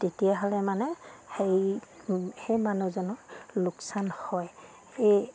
তেতিয়াহ'লে মানে হেৰি সেই মানুহজনৰ লোকচান হয় এই